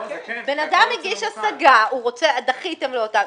בן אדם הגיש השגה, דחיתם לו אותה.